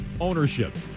ownership